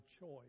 choice